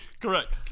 Correct